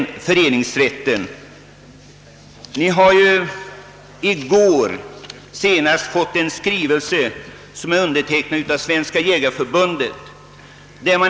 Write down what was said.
Så sent som i går fick riksdagens ledamöter en skrivelse från Svenska jägareförbundet.